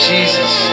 Jesus